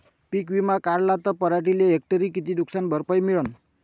पीक विमा काढला त पराटीले हेक्टरी किती नुकसान भरपाई मिळीनं?